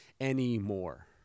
anymore